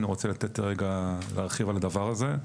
אני רוצה להרחיב רגע על הדבר הזה.